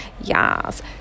Yes